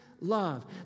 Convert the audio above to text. love